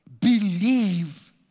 Believe